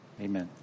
amen